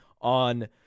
on